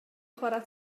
chwarae